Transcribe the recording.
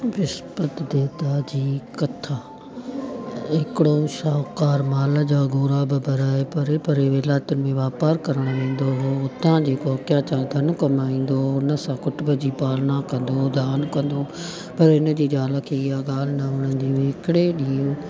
विस्पति देवता जी कथा हिकिड़ो शाहूकारु माल जा गोरा बि भराए परे परे विलाइतुनि में वापारु करणु वेंदो हुओ हुतां जेको धन कमाईंदो हुओ हुन सां कुटुंब जी पालना कंदो हुओ दान कंदो पर हिनजी ज़ाल खे इहा ॻाल्हि न वणंदी हुई हिकिड़े ॾींहुं